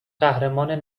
قهرمان